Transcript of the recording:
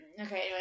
okay